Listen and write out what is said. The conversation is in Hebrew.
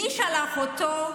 מי שלח אותו?